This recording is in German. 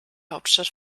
hauptstadt